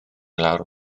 lawr